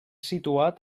situat